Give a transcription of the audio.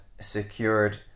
secured